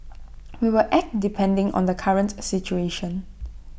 we will act depending on the current A situation